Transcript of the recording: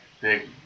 big